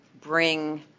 bring